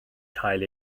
cael